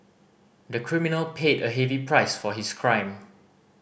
the criminal paid a heavy price for his crime